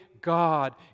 God